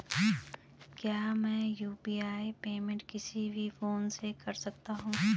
क्या मैं UPI payment किसी भी फोन से कर सकता हूँ?